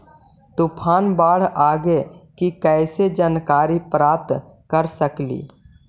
तूफान, बाढ़ आने की कैसे जानकारी प्राप्त कर सकेली?